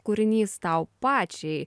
kūrinys tau pačiai